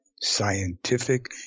scientific